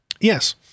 Yes